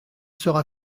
sera